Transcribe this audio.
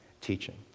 teaching